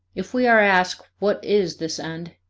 if we are asked what is this end,